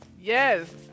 Yes